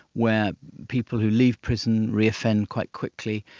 where people who leave prison reoffend quite quickly,